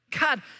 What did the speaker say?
God